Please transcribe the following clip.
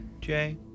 Jay